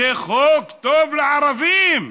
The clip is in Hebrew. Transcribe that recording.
זה חוק טוב לערבים.